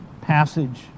passage